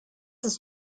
ist